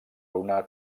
una